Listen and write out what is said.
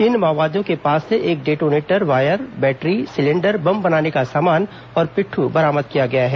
इन माओवादियों के पास से एक detonator wire battery cylinder bomb बनाने का सामान और पिट्ठू बरामद किया गया है